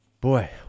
Boy